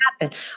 happen